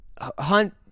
Hunt